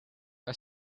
are